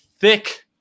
thick